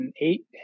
eight